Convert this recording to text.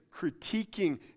critiquing